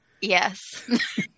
Yes